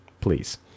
Please